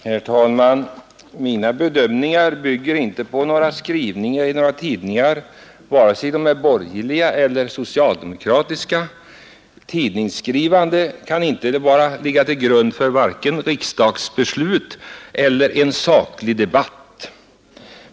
Herr talman! Mina bedömningar bygger inte på några tidningsskriverier, varken borgerliga eller socialdemokratiska. Tidningsskrivande kan inte ligga till grund för en saklig debatt eller för riksdagsbeslut.